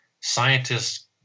scientists